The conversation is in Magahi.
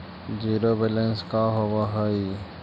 जिरो बैलेंस का होव हइ?